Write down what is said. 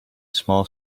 small